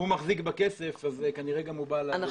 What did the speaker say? הוא מחזיק בכסף וכנראה הוא גם בעל הדעה.